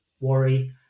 worry